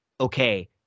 okay